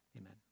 Amen